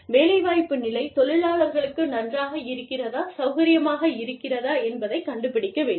வேலைவாய்ப்பு நிலை தொழிலாளர்களுக்கு நன்றாக இருக்கிறதா சௌகரியமாக இருக்கிறதா என்பதைக் கண்டுபிடிக்க வேண்டும்